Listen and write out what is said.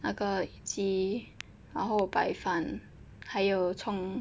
那个鸡然后白饭还有葱